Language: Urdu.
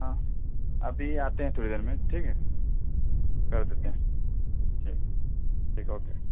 ہاں ابھی آتے ہیں تھوڑی دیر میں ٹھیک ہے چلو رکھتے ہیں ٹھیک ٹھیک ہے اوکے